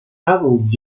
adult